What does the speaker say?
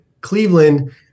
Cleveland